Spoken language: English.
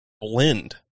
blend